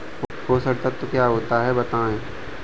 पोषक तत्व क्या होते हैं बताएँ?